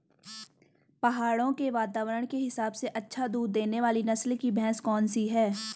पहाड़ों के वातावरण के हिसाब से अच्छा दूध देने वाली नस्ल की भैंस कौन सी हैं?